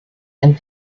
and